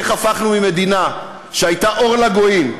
איך הפכנו ממדינה שהייתה אור לגויים,